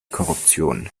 korruption